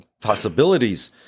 possibilities